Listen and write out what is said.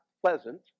pleasant